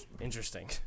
Interesting